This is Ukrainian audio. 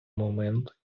момент